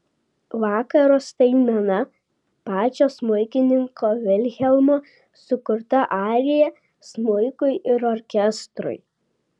vakaro staigmena pačio smuikininko vilhelmo sukurta arija smuikui ir orkestrui